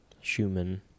Schumann